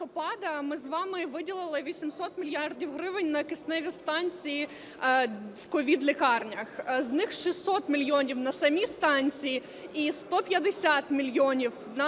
ми вами виділили 800 мільярдів гривень на кисневі станції в ковід-лікарнях, з них 600 мільйонів – на самі станції і 150 мільйонів –